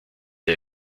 der